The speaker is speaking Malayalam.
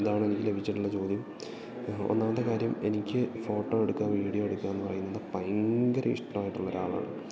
ഇതാണെനിക്ക് ലഭിച്ചിട്ടുള്ള ചോദ്യം ഒന്നാമത്തേ കാര്യം എനിക്ക് ഫോട്ടോ എടുക്കുക വീഡിയോ എടുക്കുക എന്ന് പറയുന്നത് ഭയങ്കര ഇഷ്ടമായിട്ടുള്ള ഒരു ആളാണ്